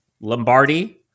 Lombardi